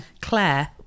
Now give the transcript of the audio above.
Claire